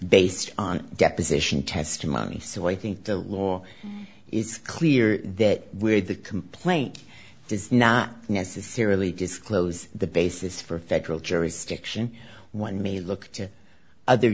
based on deposition testimony so i think the law is clear that where the complaint does not necessarily disclose the basis for federal jurisdiction one may look to other